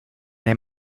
les